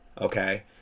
okay